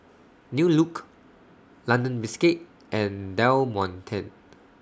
New Look London Biscuits and Del Monte